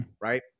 right